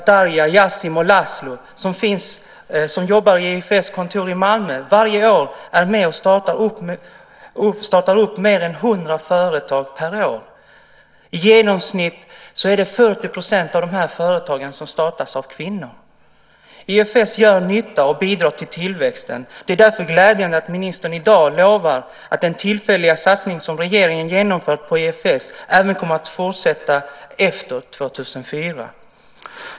Darja, Jassim och Lazlo, som jobbar på IFS-kontoret i Malmö, är varje år med och startar upp mer än 100 företag. I genomsnitt startas 40 % av företagen av kvinnor. IFS gör nytta och bidrar till tillväxten. Det är därför glädjande att ministern i dag lovar att den tillfälliga satsningen som regeringen genomfört på IFS även kommer att fortsätta efter 2004.